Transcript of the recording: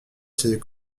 ces